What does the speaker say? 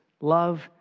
love